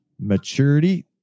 maturity